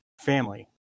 family